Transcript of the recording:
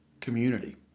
community